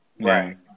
Right